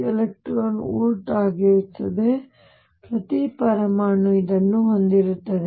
6 eV ಆಗಿರುತ್ತದೆ ಪ್ರತಿ ಪರಮಾಣು ಇದನ್ನು ಹೊಂದಿರುತ್ತದೆ